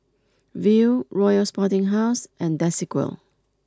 Viu Royal Sporting House and Desigual